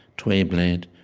tway blade,